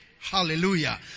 Hallelujah